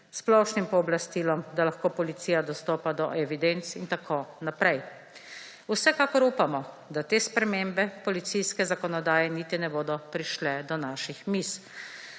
splošnim pooblastilom, da lahko policija dostopa do evidenc, itn. Vsekakor upamo, da te spremembe policijske zakonodaje niti ne bodo prišle do naših miz.